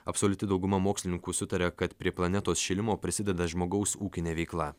absoliuti dauguma mokslininkų sutaria kad prie planetos šilimo prisideda žmogaus ūkinė veikla